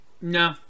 No